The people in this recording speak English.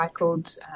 recycled